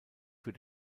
für